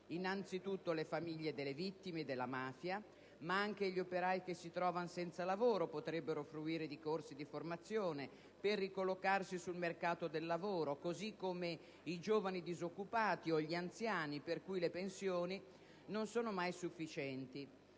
innanzitutto le famiglie delle vittime della mafia, ma anche gli operai che si ritrovano senza lavoro potrebbero fruire di corsi di formazione per ricollocarsi sul mercato del lavoro, così come i giovani disoccupati o gli anziani, per i quali le pensioni non sono mai sufficienti,